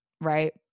right